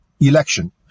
election